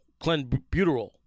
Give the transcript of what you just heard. clenbuterol